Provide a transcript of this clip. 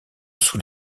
sous